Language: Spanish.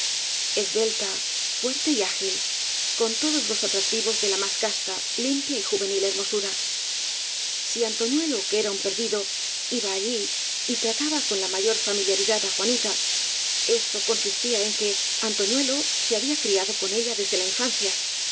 esbelta fuerte y ágil con todos los atractivos de la más casta lim pia y juvenil hermosura si antoñuelo que era un perdido iba allí y trataba con la mayor familiaridad á juanita esto consistía en que antoñuelo se había criado con ella desde la infancia